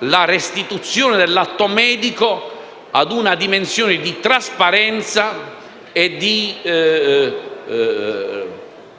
la restituzione dell'atto medico a una dimensione di trasparenza e